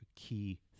key